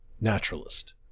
Naturalist